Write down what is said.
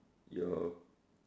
your